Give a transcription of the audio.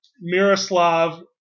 Miroslav